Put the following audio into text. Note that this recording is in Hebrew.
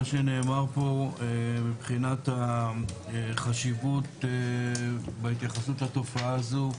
שנאמר פה מבחינת החשיבות וההתייחסות לתופעה הזאת.